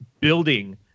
building